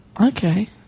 Okay